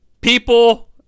people